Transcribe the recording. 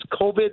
COVID